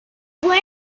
fue